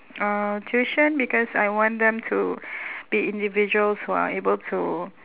uh tuition because I want them to be individuals who are able to